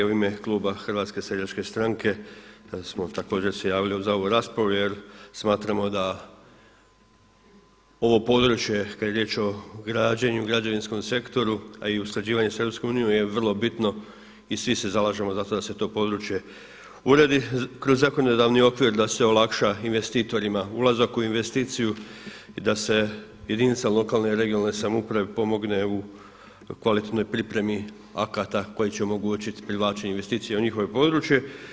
U ime Kluba HSS-a, smo također se javili za ovu raspravu jer smatramo da ovo područje kada je riječ o građenju, građevinskom sektoru a i usklađivanje sa Europskom unijom je vrlo bitno i svi se zalažemo za to da se to područje uredi, kroz zakonodavni okvir da se olakša investitorima ulazak u investiciju i da se jedinicama lokalne i regionalne samouprave pomogne u kvalitetnoj pripremi akata koji će omogućiti privlačenje investicija u njihovo područje.